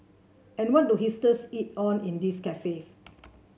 and what do hipsters eat on in these cafes